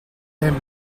him